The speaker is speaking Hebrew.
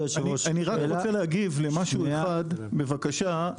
אני רק רוצה להגיב למשהו אחד, בבקשה.